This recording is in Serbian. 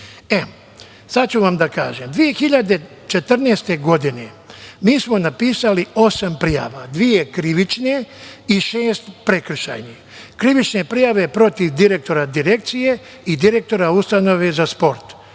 itd. Sada ću da vam kažem, 2014. godine mi smo napisali osam prijava, dve krivične i šest prekršajnih – krivične prijave protiv direktora direkcije i direktora ustanove za sport